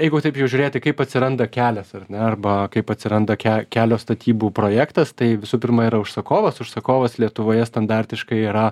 jeigu taip jau žiūrėti kaip atsiranda kelias ar ne arba kaip atsiranda ke kelio statybų projektas tai visų pirma yra užsakovas užsakovas lietuvoje standartiškai yra